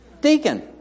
Deacon